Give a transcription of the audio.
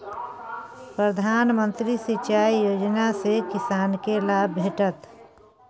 प्रधानमंत्री सिंचाई योजना सँ किसानकेँ लाभ भेटत